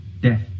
death